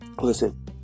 Listen